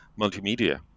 multimedia